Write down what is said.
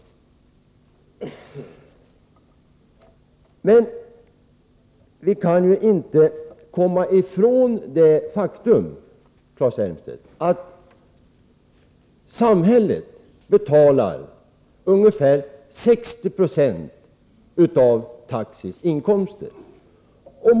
Vi kan vidare inte, Claes Elmstedt, komma ifrån det faktum att samhället betalar ungefär 60 96 av taxiinkomsterna.